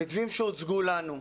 המתווים שהוצגו לנו,